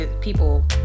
People